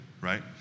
right